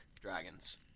dragons